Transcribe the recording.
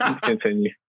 continue